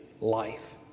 life